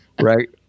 Right